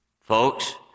Folks